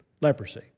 leprosy